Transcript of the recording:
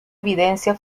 evidencia